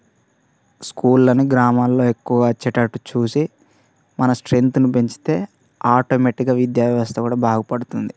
స్కూళ్ళను గ్రామాల్లో ఎక్కువ వచ్చేటట్టు చూసి మన స్ట్రెంత్ను పెంచితే ఆటోమేటిక్గా విద్యా వ్యవస్థ కూడా బాగుపడుతుంది